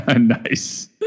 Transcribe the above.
Nice